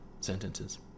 sentences